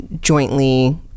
jointly